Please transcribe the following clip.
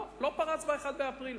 לא, הוא לא פרץ ב-1 באפריל.